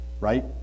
right